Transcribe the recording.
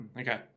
Okay